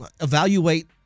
evaluate